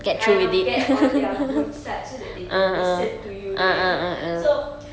kind of get on their good side so that they can listen to you that kind of thing so